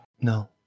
No